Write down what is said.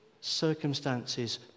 circumstances